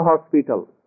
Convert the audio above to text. hospital